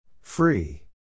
Free